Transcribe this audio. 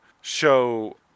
show